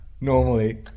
Normally